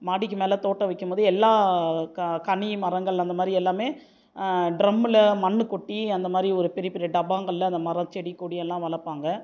மாடிக்கு மேலே தோட்டம் வைக்கும் போது எல்லா க கனி மரங்கள் அந்த மாதிரி எல்லாமே ட்ரம்மில் மண்ணு கொட்டி அந்த மாதிரி ஒரு பெரிய பெரிய டப்பாங்களில் அந்த மரம் செடி கொடியெல்லாம் வளர்ப்பாங்க